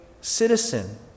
citizen